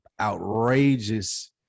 outrageous